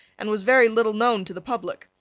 and was very little known to the public,